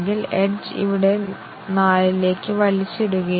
അതിനാൽ ചില ടെസ്റ്റ് കേസുകൾ അനാവശ്യമായി മാറുന്നു